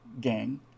gang